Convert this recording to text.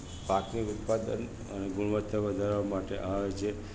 પાકની ઉત્પાદન અને ગુણવતા વધારવા માટે આજે